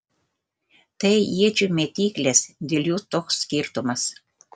tai iečių mėtyklės dėl jų toks skirtumas